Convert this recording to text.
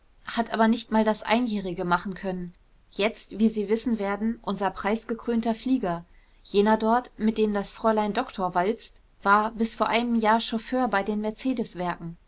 hat aber nicht mal das einjährige machen können jetzt wie sie wissen werden unser preisgekrönter flieger jener dort mit dem das fräulein doktor walzt war bis vor einem jahr chauffeur bei den